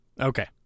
Okay